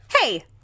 Hey